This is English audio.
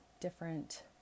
different